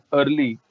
early